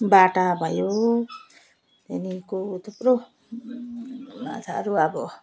बाटा भयो त्यहाँदेखिको थुप्रो माछाहरू अब